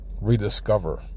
rediscover